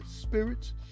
spirits